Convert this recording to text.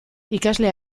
ikasle